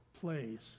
plays